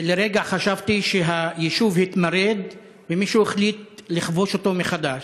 לרגע חשבתי שהיישוב התמרד ומישהו החליט לכבוש אותו מחדש,